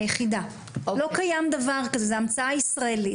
לא קיים דבר כזה, זו המצאה ישראלית.